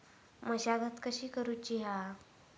मशागत कशी करूची हा?